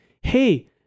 hey